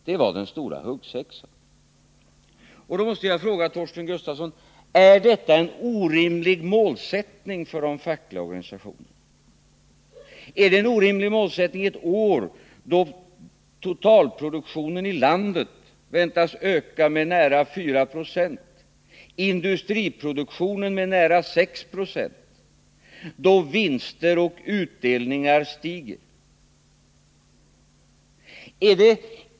Det var den stora ”huggsexan”. Jag måste fråga Torsten Gustafsson: Är detta en orimlig målsättning för de fackliga organisationerna? Är det en orimlig målsättning ett år då totalproduktionen i landet väntas öka med nära 4 96 och industriproduktionen med nära 6 Zo, då vinster och utdelningar stiger?